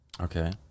okay